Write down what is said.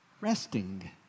resting